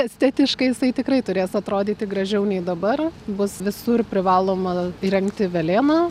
estetiškai jisai tikrai turės atrodyti gražiau nei dabar bus visur privaloma įrengti velėną